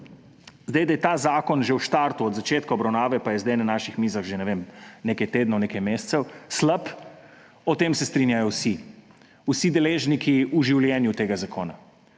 Da je ta zakon že v štartu, od začetka obravnavane – pa je zdaj na naših mizah že, ne vem, nekaj tednov, nekaj mesecev – slab, o tem se strinjajo vsi, vsi deležniki v življenju tega zakona,